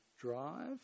drive